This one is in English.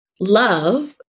love